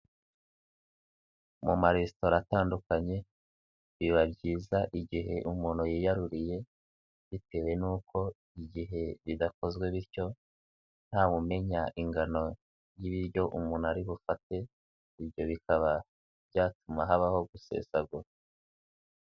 Mu maresitora atandukanye, biba byiza igihe umuntu yiyaruriye, bitewe n'uko igihe bidakozwe bityo, nta wumenya ingano y'ibiryo umuntu ari bufate, ibyo bikaba byatuma habaho gusesagura.